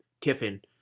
Kiffin –